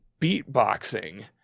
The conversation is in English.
beatboxing